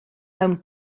mewn